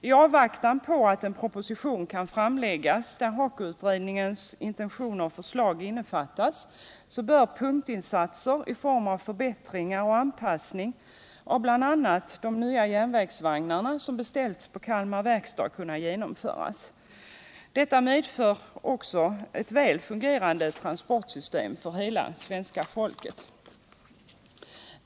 I avvaktan på att den proposition kan framläggas där HAKO-utredningens intentioner och förslag innefattas bör punktinsatser i form av förbättringar och anpassning av t.ex. de 150 nya järnvägsvagnar som beställts på Kalmar Verkstad kunna genomföras. Detta medför också ett väl fungerande transportsystem för hela folket.